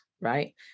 right